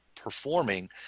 performing